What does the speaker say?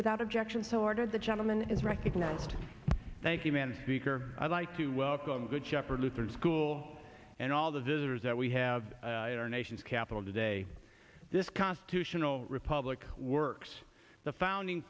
without objection so ordered the gentleman is recognized thank you man i'd like to welcome good shepherd lutheran school and all the visitors that we have in our nation's capital today this constitutional republic works the founding